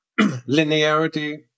linearity